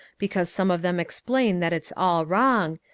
because some of them explain that it's all wrong,